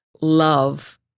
love